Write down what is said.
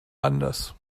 anders